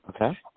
okay